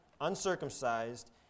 uncircumcised